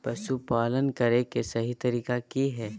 पशुपालन करें के सही तरीका की हय?